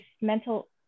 mental